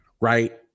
Right